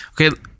okay